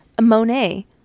Monet